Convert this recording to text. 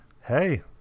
hey